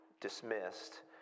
dismissed